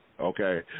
Okay